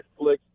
Netflix